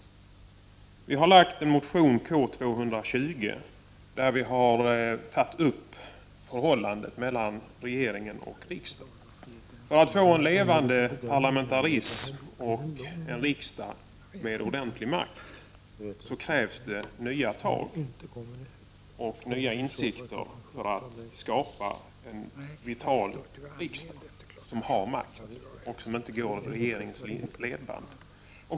Miljöpartiet har väckt en motion, K220, i vilken vi har tagit upp frågan om förhållandet mellan regeringen och riksdagen. För att få en levande parlamentarism och en vital riksdag med ordentlig makt, en riksdag som inte går i regeringens ledband, krävs nya tag och nya insikter.